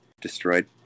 destroyed